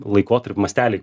laikotarp masteliai